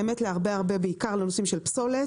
האמת בעיקר להרבה נושאים של פסולת,